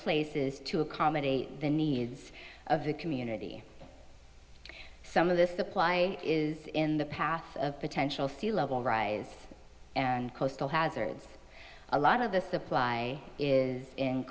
places to accommodate the needs of the community some of the supply is in the path of potential sea level rise and coastal hazards a lot of the supply is in